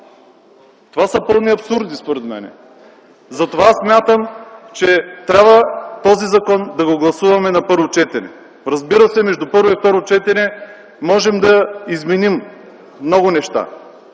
Това са пълни абсурди според мен! Затова смятам, че този закон трябва да го гласуваме на първо четене. Разбира се, между първо и второ четене можем да изменим много неща,